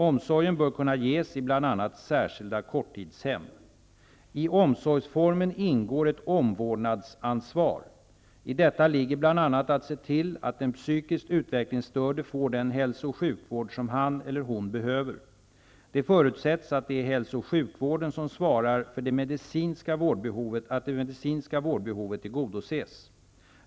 Omsorgen bör kunna ges i bl.a. särskilda korttidshem. I omsorgsformen ingår ett omvårdnadsansvar. I detta ligger bl.a. att se till att den psykiskt utvecklingsstörde får den hälso och sjukvård som han eller hon behöver. Det förutsätts att det är hälso och sjukvården som svarar för att det medicinska vårdbehovet tillgodoses.